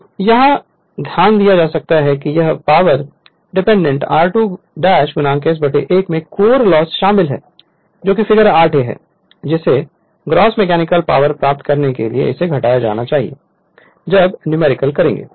Refer Slide Time 03933 यह ध्यान दिया जा सकता है कि पावर डिसिपटेड r2 ' 1 s 1 में कोर लॉस शामिल है जो फिगर 8 b है जिसे ग्रॉस मैकेनिकल पावर प्राप्त करने के लिए इसे से घटाया जाना चाहिए जब न्यूमेरिकल करेंगे